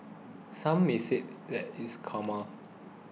some may say that it's karma